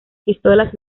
pistolas